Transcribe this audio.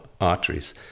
arteries